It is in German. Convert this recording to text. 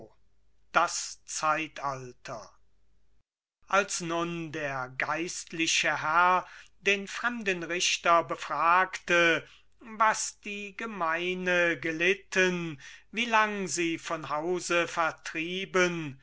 das zeitalter als nun der geistliche herr den fremden richter befragte was die gemeine gelitten wie lang sie von hause vertrieben